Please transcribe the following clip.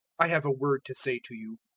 i have a word to say to you.